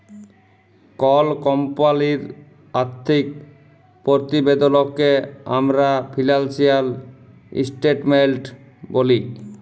call কমপালির আথ্থিক পরতিবেদলকে আমরা ফিলালসিয়াল ইসটেটমেলট ব্যলি